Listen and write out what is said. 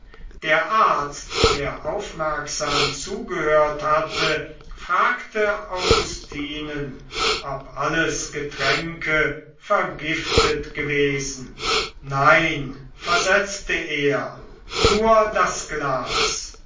der arzt der aufmerksam zugehört hatte fragte augustinen ob alles getränke vergiftet gewesen nein versetzte er nur das glas